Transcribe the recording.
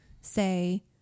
say